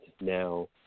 now